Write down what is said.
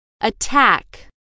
Attack